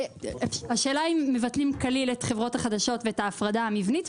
השאלה אם מבטלים כליל את חברות החדשות ואת ההפרדה המבנית,